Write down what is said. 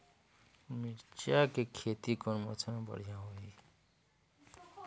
मिरचा के खेती कौन मौसम मे बढ़िया होही?